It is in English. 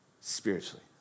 spiritually